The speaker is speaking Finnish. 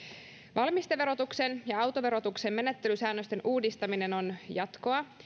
valmisteverotuksen ja autoverotuksen menettelysäännösten uudistaminen on jatkoa